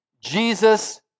Jesus